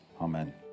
Amen